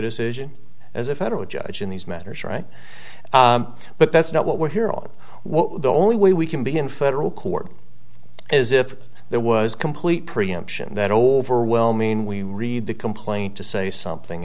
decision as a federal judge in these matters right but that's not what we're here on what the only way we can be in federal court is if there was complete preemption that overwhelming we read the complaint to say something